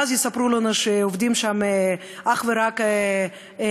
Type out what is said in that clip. ואז יספרו לנו שעובדים שם אך ורק אלה